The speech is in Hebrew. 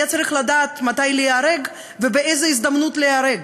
היה צריך לדעת מתי להיהרג ובאיזו הזדמנות להיהרג.